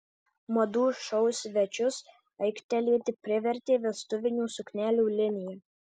madų šou svečius aiktelėti privertė vestuvinių suknelių linija